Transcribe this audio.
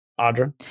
Audra